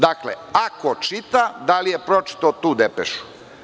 Dakle, ako čita da li je pročitao tu depešu?